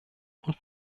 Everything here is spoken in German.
und